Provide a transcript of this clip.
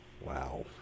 Wow